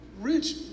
Rich